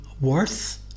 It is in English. worth